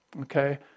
okay